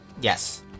Yes